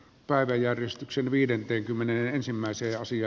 päiväjärjestykseen viidenteen kymmenen ensimmäisiä osia